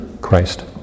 Christ